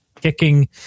kicking